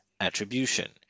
attribution